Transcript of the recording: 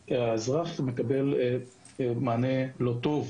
שמביא לכך שהאזרח מקבל מענה לא טוב.